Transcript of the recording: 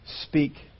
Speak